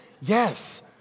Yes